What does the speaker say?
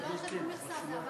זה לא שייך למכסה.